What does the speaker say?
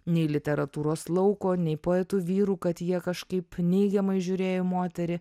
nei literatūros lauko nei poetų vyrų kad jie kažkaip neigiamai žiūrėjo į moterį